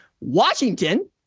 Washington